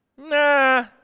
Nah